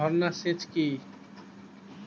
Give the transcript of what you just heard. ঝর্না সেচ কি?